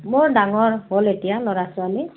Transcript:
মোৰ ডাঙৰ হ'ল এতিয়া ল'ৰা ছোৱালী